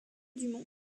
dumont